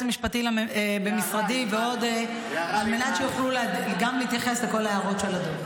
המשפטי במשרדי על מנת שיוכלו להתייחס גם לכל ההערות של הדוח.